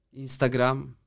Instagram